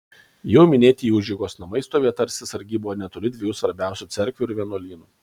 jau minėti jų užeigos namai stovėjo tarsi sargyboje netoli dviejų svarbiausių cerkvių ir vienuolynų